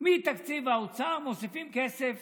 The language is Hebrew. מתקציב האוצר, מוסיפים כסף